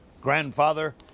grandfather